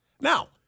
Now